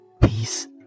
Peace